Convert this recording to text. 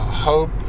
hope